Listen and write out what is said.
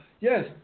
yes